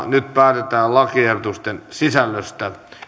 nyt päätetään lakiehdotusten sisällöstä